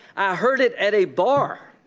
i i heard it at a bar.